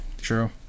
True